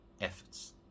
efforts